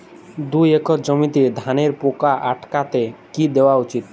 দুই একর জমিতে ধানের পোকা আটকাতে কি দেওয়া উচিৎ?